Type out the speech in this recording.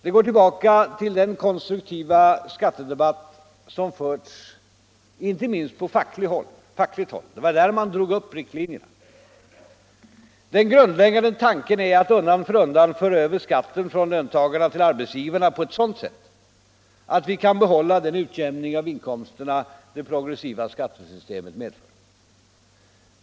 Den går tillbaka till den konstruktiva skattedebatt som förts inte minst på fackligt håll. Det var där man drog upp riktlinjerna. Den grundläggande tanken är att undan för undan föra över skatten från löntagarna till arbetsgivarna på ett sådant sätt att vi kan bibehålla den utjämning av inkomsterna som det progressiva skattesystemet medför.